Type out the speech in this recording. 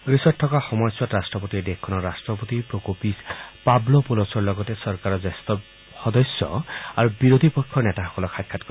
গ্ৰীচত থকা সময়ছোৱাত ৰট্টপতিয়ে দেশখনৰ ৰাট্টপতি প্ৰকোপিচ পাভলোপৌলচৰ লগতে চৰকাৰৰ জ্যেষ্ঠ সদস্য আৰু বিৰোধী পক্ষৰ নেতাসকলক সাক্ষাৎ কৰিব